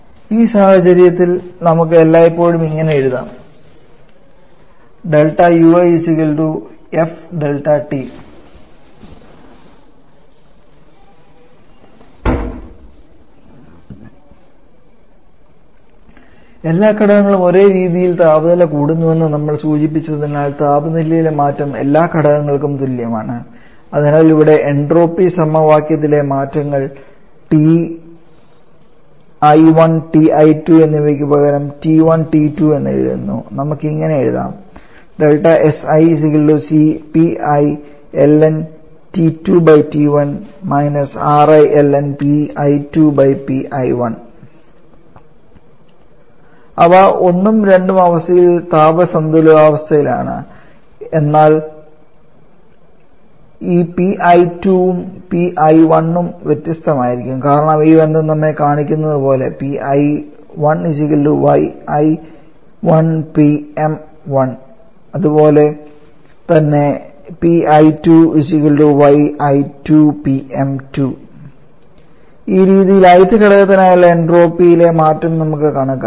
ഈ സാഹചര്യത്തിൽ നമുക്ക് എല്ലായ്പ്പോഴും ഇങ്ങനെ എഴുതാം എല്ലാ ഘടകങ്ങളും ഒരേ രീതിയിൽ താപനില കൂടുന്നുവെന്ന് നമ്മൾ സൂചിപ്പിച്ചതിനാൽ താപനിലയിലെ മാറ്റം എല്ലാ ഘടകങ്ങൾക്കും തുല്യമാണ് അതിനാൽ ഇവിടെ എൻട്രോപ്പി സമവാക്യത്തിലെ മാറ്റത്തിൽ Ti1 Ti2 എന്നിവയ്ക്ക് പകരം T1 T2 എന്നിവ എഴുതുന്നു നമുക്ക് ഇങ്ങനെ എഴുതാം അവ 12 അവസ്ഥയിൽ താപ സന്തുലിതാവസ്ഥയിലാണ് എന്നാൽ ഈ Pi2 ഉം Pi1 ഉം വ്യത്യസ്തമായിരിക്കും കാരണം ഈ ബന്ധം നമ്മെ കാണിക്കുന്നതുപോലെ അതുപോലെതന്നെ 𝑃𝑖1 𝑦𝑖1 𝑃𝑚 1 𝑃𝑖2 𝑦𝑖2 𝑃𝑚 2 ഈ രീതിയിൽ ith ഘടകത്തിനായുള്ള എൻട്രോപ്പിയിലെ മാറ്റം നമുക്ക് കണക്കാക്കാം